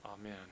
amen